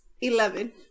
Eleven